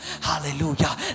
Hallelujah